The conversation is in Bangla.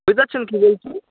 বুঝতে পারছেন কি বলছি